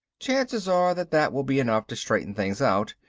chances are that that will be enough to straighten things out.